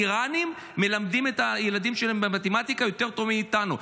איראנים מלמדים את הילדים שלהם מתמטיקה יותר טוב מאיתנו.